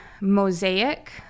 mosaic